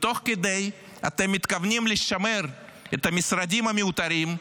ותוך כדי שאתם מתכוון לשמר את המשרדים המיותרים,